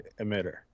emitter